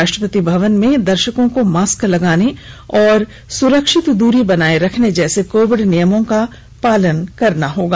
राष्ट्रपति भवन में दर्शकों को मास्क लगाने और सुरक्षित दूरी बनाये रखने जैसे कोविड नियर्मो का पालन करना होगा